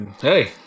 Hey